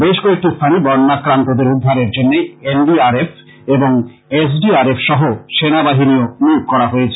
বেশ কয়েকটি স্থানে বন্যক্রান্তদের উদ্ধারের জন্য এন ডি আর এফ এবং এস ডি আর এফ সহ সেনা বাহীনিও নিয়োগ করা হয়েছে